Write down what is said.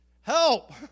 Help